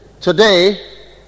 Today